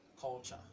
culture